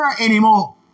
anymore